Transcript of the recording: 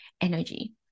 energy